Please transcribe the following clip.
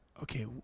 Okay